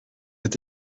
est